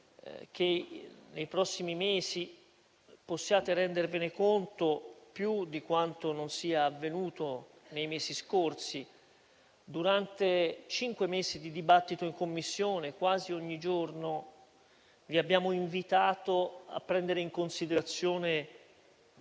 che nei prossimi mesi possiate rendervene conto più di quanto non sia avvenuto nei mesi scorsi. Durante cinque mesi di dibattito in Commissione, quasi ogni giorno, vi abbiamo invitato a prendere in considerazione